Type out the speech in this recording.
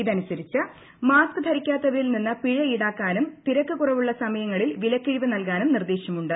ഇതനുസരിച്ച് മാസ്ക്ക് ധരിക്കാത്തവരിൽ നിന്ന് പിഴ ഇൌടാക്കാനും തിരക്ക് കുറവുള്ള സമയങ്ങളിൽ വിലക്കിഴിവ് നൽകാനും നിർദേശമുണ്ട്